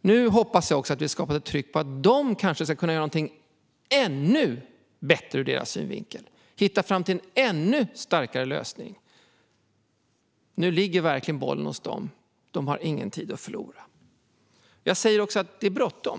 Nu hoppas jag att vi har skapat ett tryck på att de kanske ska kunna göra någonting ännu bättre ur deras synvinkel och hitta fram till en ännu starkare lösning. Nu ligger bollen verkligen hos dem. De har ingen tid att förlora. Jag säger också att det är bråttom.